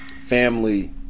family